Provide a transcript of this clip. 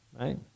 Right